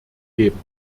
geben